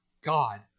god